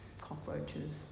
cockroaches